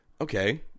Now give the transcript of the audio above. Okay